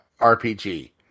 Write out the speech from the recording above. RPG